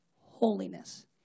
holiness